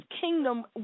kingdom